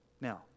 Now